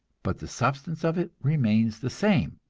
but the substance of it remains the same.